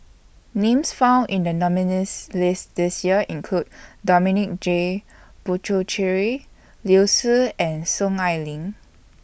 Names found in The nominees' list This Year include Dominic J Puthucheary Liu Si and Soon Ai Ling